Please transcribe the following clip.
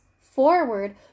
forward